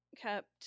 kept